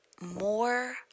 More